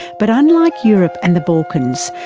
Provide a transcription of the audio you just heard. but unlike europe and the balkans,